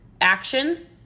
action